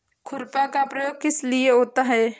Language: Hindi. खुरपा का प्रयोग किस लिए होता है?